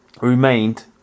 remained